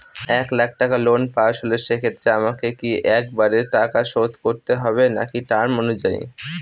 এক লাখ টাকা loan pass হল সেক্ষেত্রে আমাকে কি একবারে টাকা শোধ করতে হবে নাকি টার্ম অনুযায়ী?